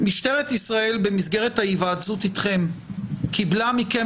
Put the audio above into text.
משטרת ישראל במסגרת ההיוועצות אתכם קיבלה מכם